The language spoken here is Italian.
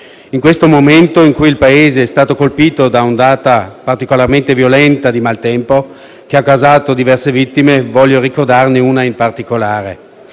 In questo momento in cui il Paese è stato colpito da un'ondata particolarmente violenta di maltempo, che ha causato diverse vittime, voglio ricordarne una in particolare: